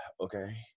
okay